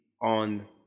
on